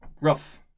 rough